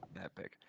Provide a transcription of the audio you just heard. epic